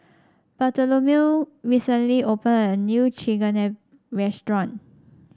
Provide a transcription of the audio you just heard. Bartholomew recently opened a new Chigenabe restaurant